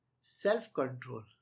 self-control